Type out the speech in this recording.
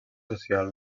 social